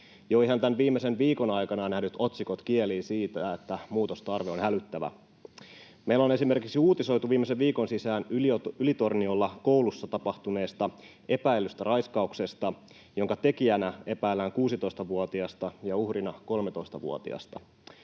Jo ihan viimeisen viikon aikana nähdyt otsikot kielivät siitä, että muutostarve on hälyttävä. Meillä on esimerkiksi uutisoitu viimeisen viikon sisään Ylitorniolla koulussa tapahtuneesta epäillystä raiskauksesta, jonka tekijäksi epäillään 16-vuotiasta ja uhriksi 13-vuotiasta.